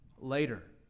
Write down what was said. later